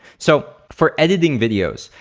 so, for editing videos.